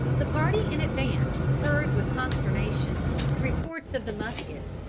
the party in advance heard with consternation the reports of the muskets,